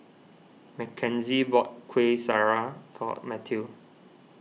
Mackenzie bought Kuih Syara for Matthew